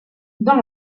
dans